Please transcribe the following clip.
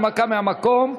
הנמקה מהמקום.